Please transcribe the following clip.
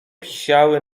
pisiały